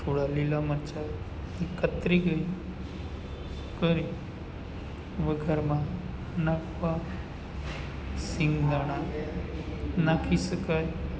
થોડા લીલા મરચાં એકત્ર કરી વઘારમાં નાખવા શિંગદાણા નાંખી શકાય